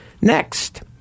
Next